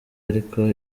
ariko